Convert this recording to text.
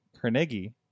Carnegie